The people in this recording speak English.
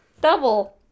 double